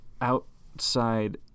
outside